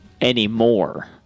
Anymore